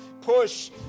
push